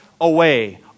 away